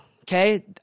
okay